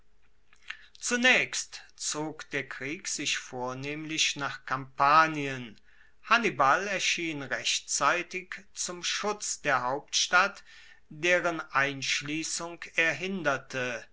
zunaechst zog der krieg sich vornehmlich nach kampanien hannibal erschien rechtzeitig zum schutz der hauptstadt deren einschliessung er hinderte